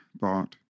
thought